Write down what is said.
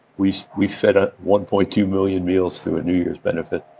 we we fed ah one point two million meals through a new year's benefit,